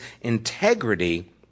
integrity